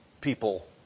people